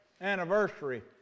anniversary